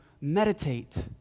meditate